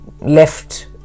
left